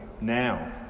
now